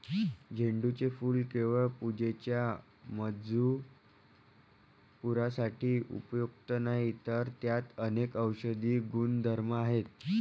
झेंडूचे फूल केवळ पूजेच्या मजकुरासाठी उपयुक्त नाही, तर त्यात अनेक औषधी गुणधर्म आहेत